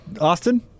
Austin